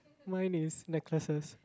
mine is necklaces